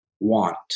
want